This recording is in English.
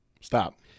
Stop